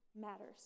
matters